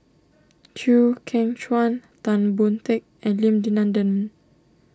Chew Kheng Chuan Tan Boon Teik and Lim Denan Denon